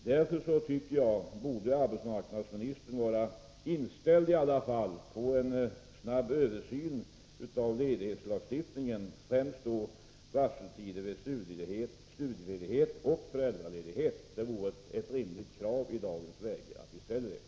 Därför borde arbetsmarknadsministern i alla fall vara inställd på en snabb översyn av ledighetslagstiftningen, främst beträffande varseltider vid studieledighet och föräldraledighet. Jag tycker det är ett rimligt krav att ställa i dagens läge.